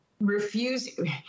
refuse